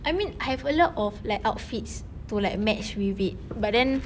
I mean I have a lot of like outfits to like match with it but then